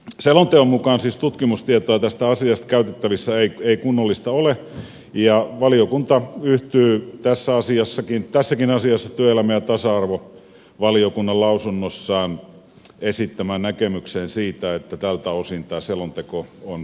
selonteon mukaan tutkimustietoa tästä asiasta ei kunnollista ole käytettävissä ja valiokunta yhtyy tässäkin asiassa työelämä ja tasa arvovaliokunnan lausunnossaan esittämään näkemykseen siitä että tältä osin tämä selonteko on puutteellinen